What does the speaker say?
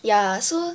ya so